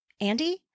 Andy